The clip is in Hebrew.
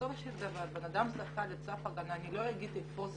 שבסופו של דבר בן אדם זכה לצו הגנה אני לא אומר היכן זה